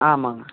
ஆமாங்க